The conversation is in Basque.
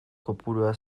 kopurua